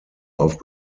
auf